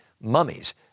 mummies